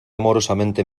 amorosamente